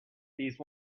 these